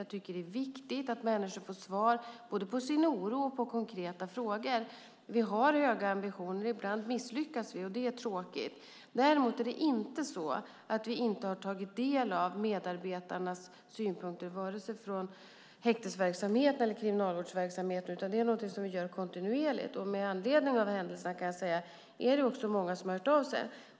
Jag tycker att det är viktigt att människor får svar, både på sin oro och på konkreta frågor. Vi har höga ambitioner. Ibland misslyckas vi, och det är tråkigt. Däremot är det inte så att vi inte har tagit del av medarbetarnas synpunkter, vare sig från häktesverksamheten eller från kriminalvårdsverksamheten. Det är någonting som vi gör kontinuerligt. Det är många som har hört av sig med anledning av den här händelsen.